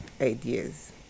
ideas